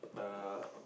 uh